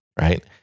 right